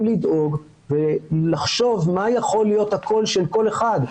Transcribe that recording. לדאוג ולחשוב מה יכול להיות הקול של כל אחד.